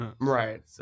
Right